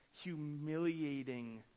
humiliating